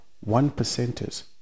one-percenters